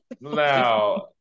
Now